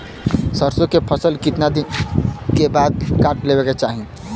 सरसो के फसल कितना दिन के बाद काट लेवे के चाही?